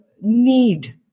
need